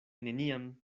neniam